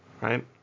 right